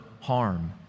harm